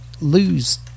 lose